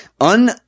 un